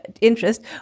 interest